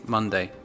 Monday